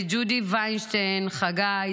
וג'ודי ויינשטיין חגי,